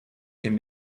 can